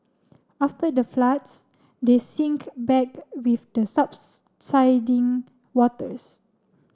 after the floods they sink back with the subsiding waters